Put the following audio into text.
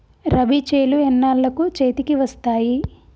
రబీ చేలు ఎన్నాళ్ళకు చేతికి వస్తాయి?